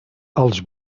els